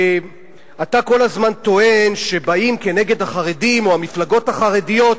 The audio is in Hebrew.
אתה כל הזמן טוען שבאים כנגד החרדים או המפלגות החרדיות,